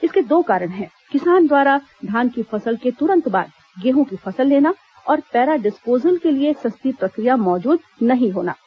इसके दो कारण हैं किसान द्वारा धान की फसल के तुरंत बाद गेंहू की फसल लेना और पैरा डिस्पोजल के लिए सस्ती प्रक्रिया मौजूद नहीं होना है